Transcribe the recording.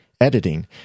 editing